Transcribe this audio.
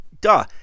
duh